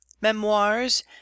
Memoirs